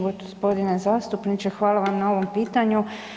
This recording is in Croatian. Gospodine zastupniče, hvala vam na ovom pitanju.